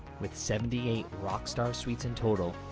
with seventy eight rock star suites in total,